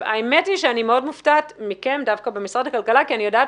האמת היא שאני מאוד מופתעת מכם דווקא במשרד הכלכלה כי אני יודעת